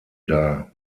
dar